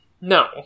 No